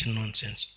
nonsense